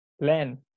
land